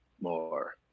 more